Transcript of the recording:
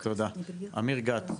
תודה, אמיר גת.